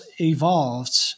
evolved